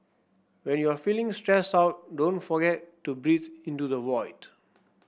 when you are feeling stressed out don't forget to breathe into the void